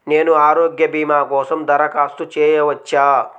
నేను ఆరోగ్య భీమా కోసం దరఖాస్తు చేయవచ్చా?